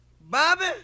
Bobby